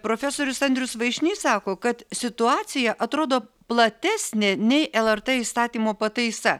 profesorius andrius vaišnys sako kad situacija atrodo platesnė nei lrt įstatymo pataisa